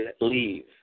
leave